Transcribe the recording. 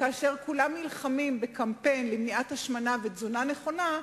וכאשר כולם נלחמים בקמפיין למניעת השמנה ולתזונה נכונה,